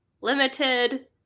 Limited